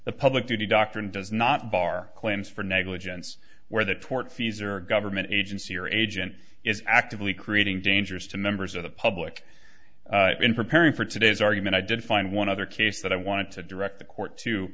the public duty doctrine does not bar claims for negligence where the tortfeasor government agency or agent is actively creating dangers to members of the public in preparing for today's argument i did find one other case that i want to direct the court to